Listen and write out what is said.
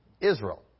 Israel